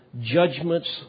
judgments